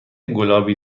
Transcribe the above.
گلابی